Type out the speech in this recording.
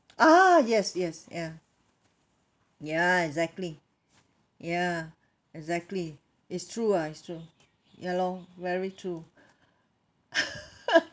ah yes yes ya ya exactly ya exactly it's true ah it's true ya lor very true